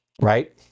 right